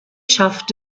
schafft